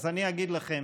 אז אני אגיד לכם